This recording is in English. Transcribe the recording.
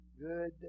good